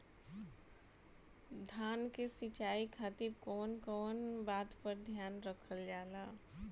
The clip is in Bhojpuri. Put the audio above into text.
धान के सिंचाई खातिर कवन कवन बात पर ध्यान रखल जा ला?